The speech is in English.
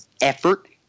effort